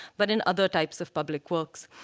but in other types of public works.